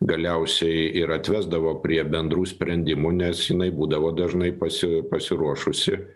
galiausiai ir atvesdavo prie bendrų sprendimų nes jinai būdavo dažnai pasi pasiruošusi